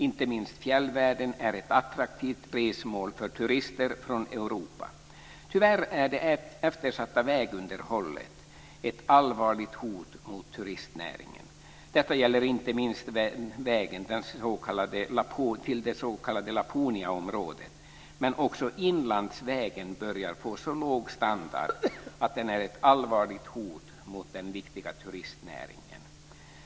Inte minst fjällvärlden är ett attraktivt resmål för turister från Europa. Tyvärr är det eftersatta vägunderhållet ett allvarligt hot mot turistnäringen. Detta gäller inte minst vägen till det s.k. Laponiaområdet, men också inlandsvägen börjar få så låg standard att den är ett allvarligt hot mot den viktiga turistnäringen.